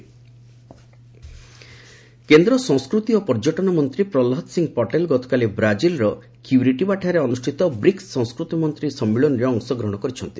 Patel BRICS କେନ୍ଦ୍ର ସଂସ୍କୃତି ଓ ପର୍ଯ୍ୟଟନ ମନ୍ତ୍ରୀ ପ୍ରହ୍ଲାଦ ସିଂ ପଟେଲ୍ ଗତକାଲି ବ୍ରାଜିଲ୍ର କ୍ୟୁରିଟିବାଠାରେ ଅନୁଷ୍ଠିତ ବ୍ରିକ୍କ ସଂସ୍କୃତିମନ୍ତ୍ରୀ ସମ୍ମିଳନୀରେ ଅଂଶଗ୍ରହଣ କରିଛନ୍ତି